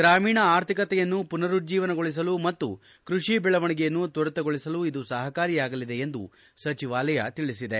ಗ್ರಾಮೀಣ ಆರ್ಥಿಕತೆಯನ್ನು ಪುನರುಜ್ಜೀವನಗೊಳಿಸಲು ಮತ್ತು ಕೃಷಿ ಬೆಳವಣಿಗೆಯನ್ನು ತ್ವರಿತಗೊಳಿಸಲು ಇದು ಸಹಕಾರಿಯಾಗಲಿದೆ ಎಂದು ಸಚಿವಾಲಯ ಹೇಳಿದೆ